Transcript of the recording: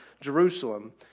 Jerusalem